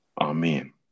Amen